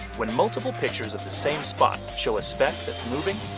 when multiple pictures of the same spot show a speck that's moving,